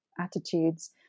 attitudes